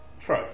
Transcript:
True